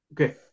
Okay